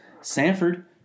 Sanford